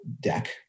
deck